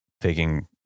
taking